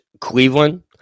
Cleveland